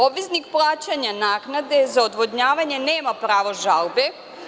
Obveznik plaćanja naknade za odvodnjavanje nema pravo žalbe.